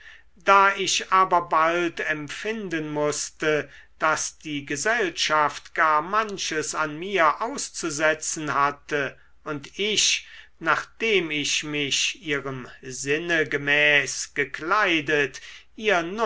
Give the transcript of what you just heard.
da ich aber bald empfinden mußte daß die gesellschaft gar manches an mir auszusetzen hatte und ich nachdem ich mich ihrem sinne gemäß gekleidet ihr